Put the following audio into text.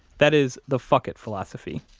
that is the fuck-it philosophy,